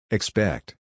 Expect